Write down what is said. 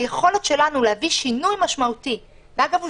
היכולת שלנו להביא שינוי משמעותי אגב,